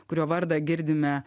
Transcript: kurio vardą girdime